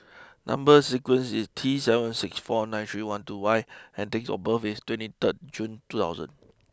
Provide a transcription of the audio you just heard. number sequence is T seven six four nine three one two Y and date of birth is twenty third June two thousand